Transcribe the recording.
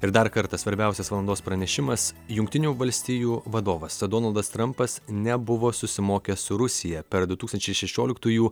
ir dar kartą svarbiausias valandos pranešimas jungtinių valstijų vadovas donaldas trampas nebuvo susimokęs su rusija per du tūkstančiai šešioliktųjų